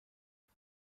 ولی